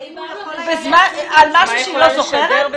על משהו שהיא לא זוכרת?